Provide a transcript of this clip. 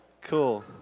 Cool